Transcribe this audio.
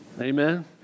Amen